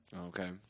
Okay